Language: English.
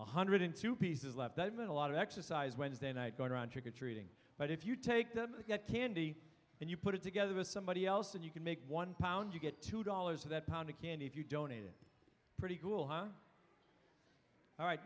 one hundred in two pieces left that meant a lot of exercise wednesday night going around trick or treating but if you take them to get candy and you put it together with somebody else and you can make one pound you get two dollars for that pound of candy if you don't eat it pretty cool huh all right